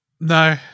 No